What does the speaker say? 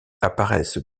apparaissent